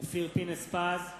אופיר פינס-פז,